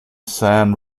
san